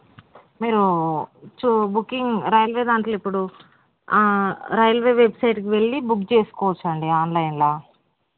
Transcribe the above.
మీరూ చూ booking railway దాంట్లో ఇప్పుడు రైల్వే వెబ్సైట్కి వెళ్ళి బుక్ చేసుకోవచ్చండి ఆన్లైన్ల